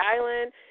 Island